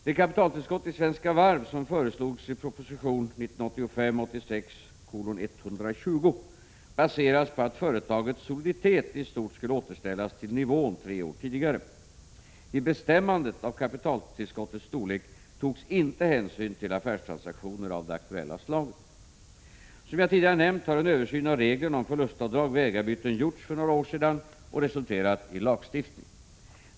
Det kapitaltillskott till Svenska Varv som föreslogs i proposition 1985/ 86:120 baserades på att företagets soliditet i stort skulle återställas till nivån tre år tidigare. Vid bestämmandet av kapitaltillskottets storlek togs inte hänsyn till affärstransaktioner av det aktuella slaget. Som jag tidigare nämnt har en översyn av reglerna om förlustavdrag vid ägarbyten gjorts för några år sedan och resulterat i lagstiftning.